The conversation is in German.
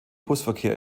busverkehr